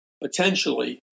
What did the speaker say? potentially